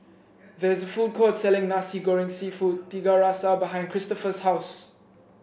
there is a food court selling Nasi Goreng seafood Tiga Rasa behind Christopher's house